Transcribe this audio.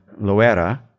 Loera